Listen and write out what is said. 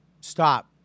Stop